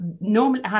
normally